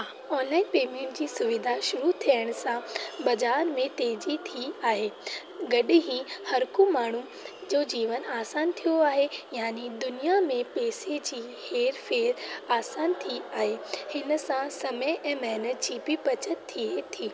हा online payment जी सुवीधा शुरू थियण सां बज़ार में तेज़ी थी आहे गॾु ई हरको माण्हू जो जीवन आसानु थियो आहे यानी दुनिया में पैसे जी हेर फेर आसानु थी आहे हिन सां समय ऐं महिनत जी बि बचति थिए थी